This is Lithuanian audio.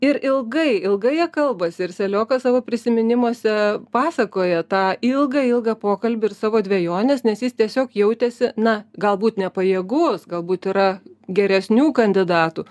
ir ilgai ilgai jie kalbasi ir seliokas savo prisiminimuose pasakoja tą ilgą ilgą pokalbį ir savo dvejones nes jis tiesiog jautėsi na galbūt nepajėgus galbūt yra geresnių kandidatų